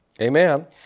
Amen